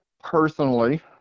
personally